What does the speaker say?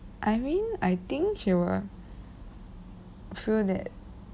irene I think she will feel that